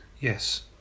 Yes